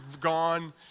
gone